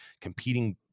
competing